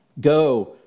Go